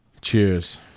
Cheers